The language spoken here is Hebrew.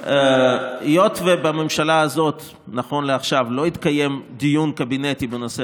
היות שבממשלה הזאת נכון לעכשיו לא התקיים דיון קבינט בנושא